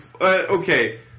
Okay